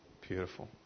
Beautiful